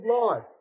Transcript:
life